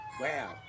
Wow